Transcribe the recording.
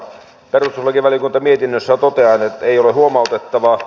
perustuslakivaliokunta mietinnössään toteaa että ei ole huomautettavaa